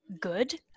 good